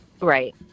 right